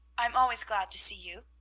i'm always glad to see you,